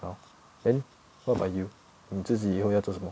well then what about you 你自己以后要做什么